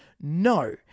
No